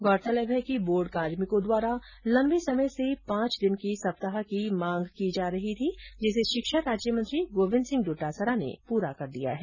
गौरतलब है कि बोर्ड कार्मिकों द्वारा लम्बे समय से पांच दिन के सप्ताह की मांग की जा रही थी जिसे शिक्षा राज्यमंत्री गोविंद सिंह डोटासरा ने पूरा कर दिया है